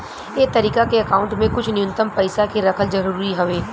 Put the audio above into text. ए तरीका के अकाउंट में कुछ न्यूनतम पइसा के रखल जरूरी हवे